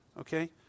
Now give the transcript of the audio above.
Okay